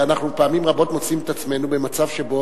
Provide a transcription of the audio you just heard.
פעמים רבות אנחנו מוצאים את עצמנו במצב שבו